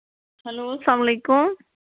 hello اسلام علیکُم